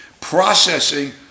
processing